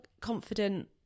confident